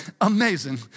amazing